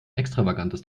extravagantes